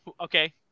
Okay